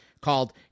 called